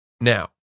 now